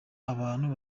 abantu